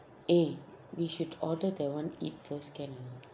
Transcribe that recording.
eh we should order that one eat first can lah